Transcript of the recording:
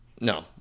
No